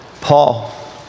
Paul